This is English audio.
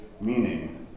meaning